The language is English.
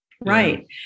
Right